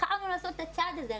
בחרנו לעשות את הצעד הזה.